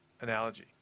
analogy